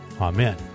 Amen